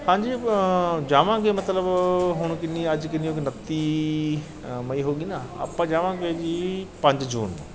ਹਾਂਜੀ ਜਾਵਾਂਗੇ ਮਤਲਬ ਹੁਣ ਕਿੰਨੀ ਅੱਜ ਕਿੰਨੀ ਹੋ ਗਈ ਉਨੱਤੀ ਮਈ ਹੋ ਗਈ ਨਾ ਆਪਾਂ ਜਾਵਾਂਗੇ ਜੀ ਪੰਜ ਜੂਨ ਨੂੰ